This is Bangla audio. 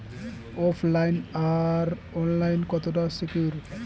ওফ লাইন আর অনলাইন কতটা সিকিউর?